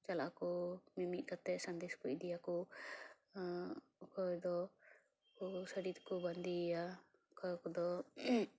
ᱪᱟᱞᱟᱜᱼᱟ ᱠᱚ ᱢᱤᱢᱤᱫ ᱠᱟᱛᱮ ᱥᱟᱸᱫᱮᱥ ᱠᱚ ᱤᱫᱤᱭᱟᱠᱚ ᱚᱠᱚᱭ ᱫᱚ ᱥᱟᱹᱲᱤ ᱛᱮᱠᱚ ᱵᱟᱹᱫᱤᱭᱟ ᱚᱠᱚᱭ ᱠᱚᱫᱚ